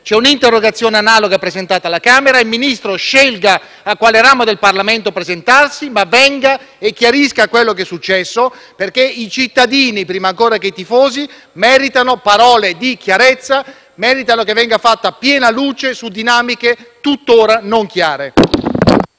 C'è un'interrogazione analoga presentata alla Camera: il Ministro scelga a quale Ramo del Parlamento presentarsi, ma venga e chiarisca quello che è successo, perché i cittadini, prima ancora che i tifosi, meritano parole di chiarezza e meritano che venga fatta piena luce su dinamiche tutt'ora non chiare.